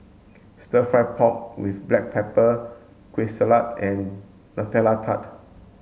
stir fried pork with black pepper Kueh Salat and Nutella Tart